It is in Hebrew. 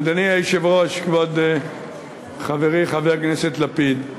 אדוני היושב-ראש, כבוד חברי, חבר הכנסת לפיד,